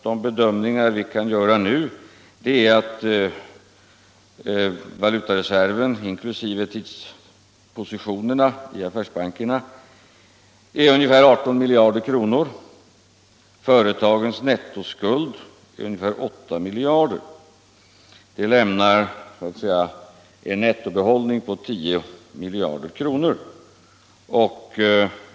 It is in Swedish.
De bedömningar vi kan göra nu är att valutareserven, inkl. dispositionerna i affärsbankerna, är ungefär 18 miljarder kronor och företagens nettoskuld ungefär 8 miljarder. Det lämnar en nettobehållning på 10 miljarder kronor.